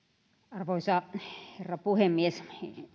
arvoisa herra puhemies